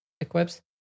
equips